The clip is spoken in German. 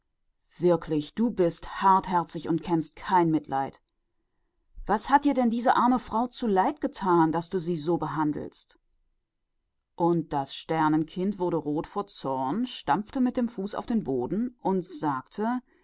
du hast ein hartes herz und kennst kein erbarmen denn was hat dir dies arme weib zuleide getan daß du es so behandelst und das sternenkind wurde rot vor zorn und stampfte mit dem fuß auf den boden und sagte